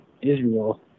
Israel